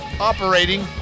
operating